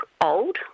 old